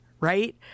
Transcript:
right